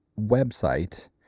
website